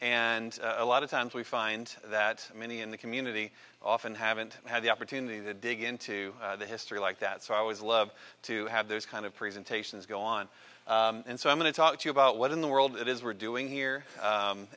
d a lot of times we find that many in the community often haven't had the opportunity to dig into history like that so i always love to have those kind of presentations go on so i'm going to talk to you about what in the world it is we're doing here